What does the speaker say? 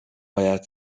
باید